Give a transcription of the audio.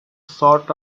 sought